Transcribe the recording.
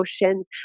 emotions